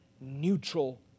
neutral